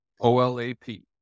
OLAP